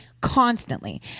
constantly